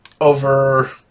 over